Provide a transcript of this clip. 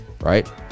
right